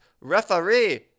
Referee